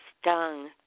stung